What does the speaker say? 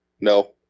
No